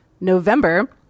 November